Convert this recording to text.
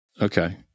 okay